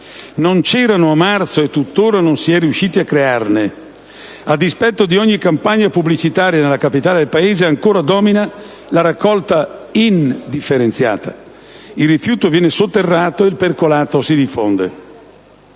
Non c'erano a marzo e tuttora non si è riusciti a crearne. A dispetto di ogni campagna pubblicitaria, nella capitale del Paese ancora domina la raccolta indifferenziata: il rifiuto viene sotterrato e il percolato si diffonde.